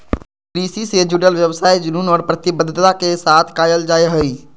कृषि से जुडल व्यवसाय जुनून और प्रतिबद्धता के साथ कयल जा हइ